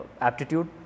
aptitude